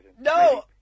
No